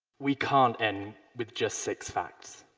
we can't end with just six facts.